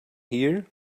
here